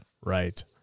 Right